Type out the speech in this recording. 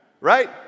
right